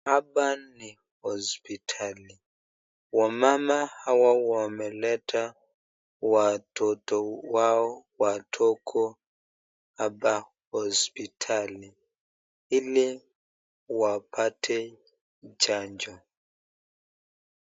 Hapa ni hosiptali, wamama hawa wameleta watoto wao wadogo hapa hosiptali ili wapate chanjo.